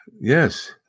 Yes